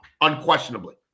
Unquestionably